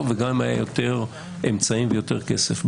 וגם אם היו יותר אמצעים והיה יותר כסף.